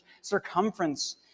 circumference